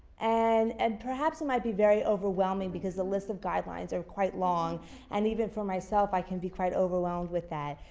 and and perhaps it might be very overwhelming because the list of guidelines is quite long and even for myself i can be quite overwhelmed with that,